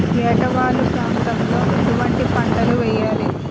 ఏటా వాలు ప్రాంతం లో ఎటువంటి పంటలు వేయాలి?